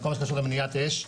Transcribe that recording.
בכל מה שקשור למניעת אש.